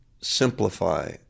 simplify